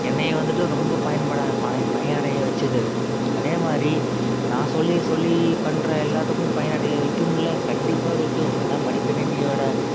என்னையை வந்துட்டு ரொம்ப பயன்பாடாக பய பயனடையை வச்சிது அதேமாதிரி நான் சொல்லி சொல்லி பண்ணுற எல்லாத்துக்கும் பயனடையை வைக்கும் கண்டிப்பாக வைக்கும் ஏன்னா மடிக்கணினியோடய